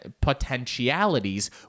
potentialities